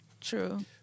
true